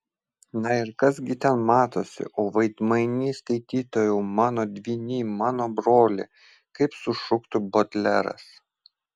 na ir kas gi ten matosi o veidmainy skaitytojau mano dvyny mano broli kaip sušuktų bodleras